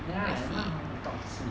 ya ya want to talk asleep